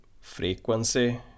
frequency